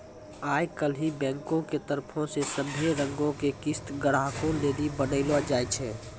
आई काल्हि बैंको के तरफो से सभै रंगो के किस्त ग्राहको लेली बनैलो जाय छै